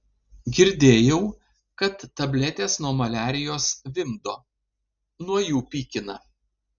girdėjau kad tabletės nuo maliarijos vimdo nuo jų pykina